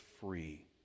free